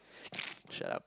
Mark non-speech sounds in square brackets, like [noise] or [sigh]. [noise] shut up